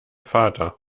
vater